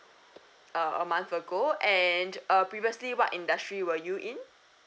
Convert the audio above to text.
err a month ago and uh previously what industry were you in